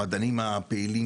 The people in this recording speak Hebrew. המדענים הפעילים,